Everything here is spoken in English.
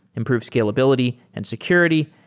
improve scalability and security,